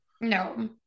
No